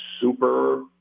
super